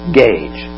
gauge